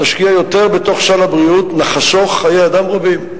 נשקיע יותר בתוך סל הבריאות, נחסוך חיי אדם רבים.